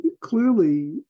clearly